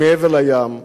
מעבר לים.